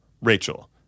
Rachel